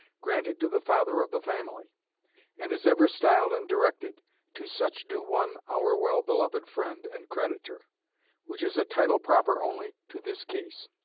granted to the father of the family and is ever styled and directed to such do one our well beloved friend and creditor which is a title proper only to this case.